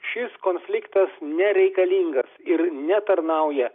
šis konfliktas nereikalingas ir netarnauja